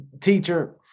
teacher